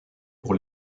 pour